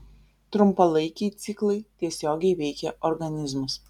trumpalaikiai ciklai tiesiogiai veikia organizmus